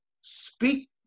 Speak